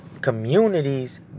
communities